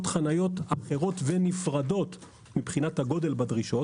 חניות אחרות ונפרדות מבחינת הגודל בדרישות.